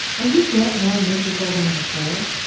are you yet more miserable than before?